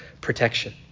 protection